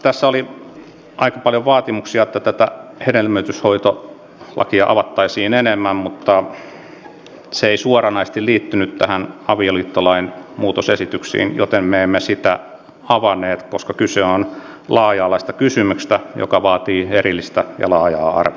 tässä oli aika paljon vaatimuksia että tätä hedelmöityshoitolakia avattaisiin enemmän mutta se ei suoranaisesti liittynyt näihin avioliittolain muutosesityksiin joten me emme sitä avanneet koska kyse on laaja alaisesta kysymyksestä joka vaatii erillistä ja laajaa arviointia